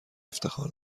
افتخار